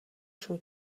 шүү